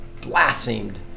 blasphemed